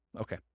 Okay